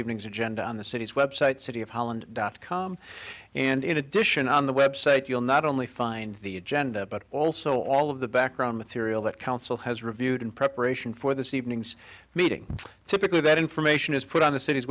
evening's agenda on the city's website city of holland dot com and in addition on the website you'll not only find the agenda but also all of the background material that council has reviewed in preparation for this evening's meeting typically that information is put on the city's